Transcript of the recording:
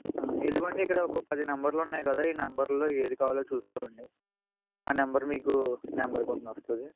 ఇదిగోండి ఇక్కడ ఒక పది నంబర్లు ఉన్నాయి కదా ఈ నంబర్లలో ఏది కావాలో చూసుకోండి ఆ నంబర్ మీకు నంబర్ ఫోన్కు వస్తుంది